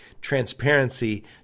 transparency